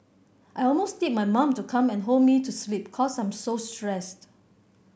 I almost need my mom to come and hold me to sleep cause I'm so stressed